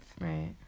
Right